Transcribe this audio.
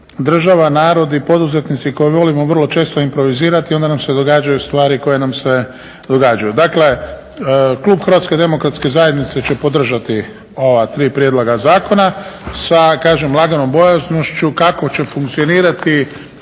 država, narod i poduzetnici koji volimo vrlo često improvizirati, onda nam se događaju stvari koje nam se događaju. Dakle, Klub Hrvatske Demokratske Zajednice će podržati ova tri prijedloga zakona sa kažem laganom bojaznošću kako će funkcionirati